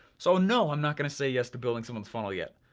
so, no, i'm not gonna say yes to building someone's funnel yet.